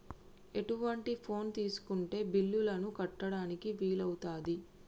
ఎటువంటి ఫోన్ తీసుకుంటే బిల్లులను కట్టడానికి వీలవుతది?